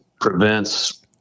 prevents